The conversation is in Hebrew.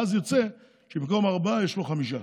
ואז יוצא שבמקום ארבעה, יש לו חמישה.